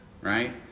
right